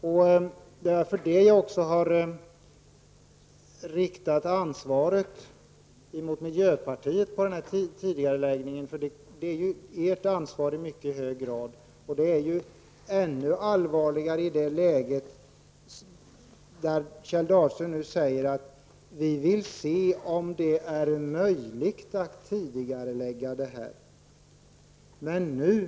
Det är därför jag lagt ansvaret på miljöpartiet för denna tidigareläggning. Ansvaret är i mycket hög grad ert. Det blir ännu allvarligare i ett läge där Kjell Dahlström nu säger att man vill se om det är möjligt att tidigarelägga reformen.